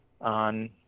on